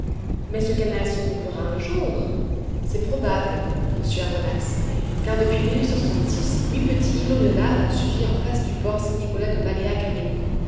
mais ce canal se comblera un jour c'est probable monsieur aronnax car depuis huit petits îlots de lave ont surgi en face du port saint-nicolas de